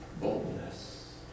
boldness